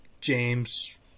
James